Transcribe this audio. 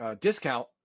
discount